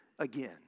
again